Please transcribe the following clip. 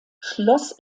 schloss